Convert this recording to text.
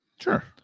sure